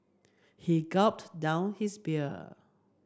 he gulped down his beer